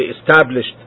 established